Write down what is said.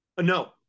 No